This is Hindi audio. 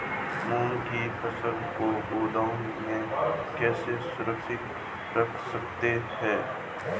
मूंग की फसल को गोदाम में कैसे सुरक्षित रख सकते हैं?